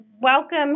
welcome